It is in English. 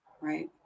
Right